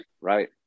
right